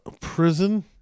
Prison